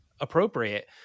appropriate